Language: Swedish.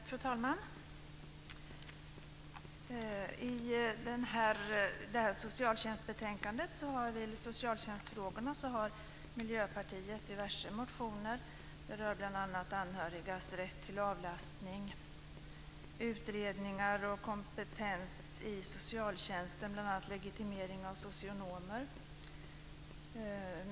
Fru talman! I betänkandet om socialtjänstfrågor har Miljöpartiet diverse motioner. De rör bl.a. anhörigas rätt till avlastning, utredning och kompetens i socialtjänsten och legitimering av socionomer.